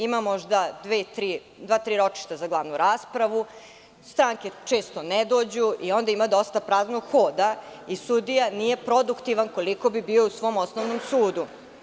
Ima možda dva, tri ročišta za glavnu raspravu, stranke često ne dođu i onda ima dosta praznog hoda i sudija nije produktivan koliko bi bio u svom osnovnom sudu.